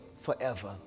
forever